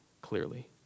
clearly